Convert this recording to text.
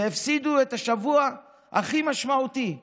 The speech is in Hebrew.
והפסידו את השבוע הכי משמעותי בתיכון.